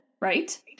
Right